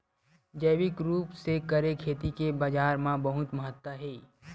जैविक रूप से करे खेती के बाजार मा बहुत महत्ता हे